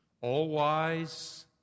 all-wise